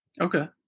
Okay